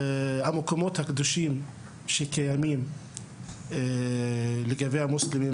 והמקומות הקדושים שקיימים בירושלים, גם למוסלמים,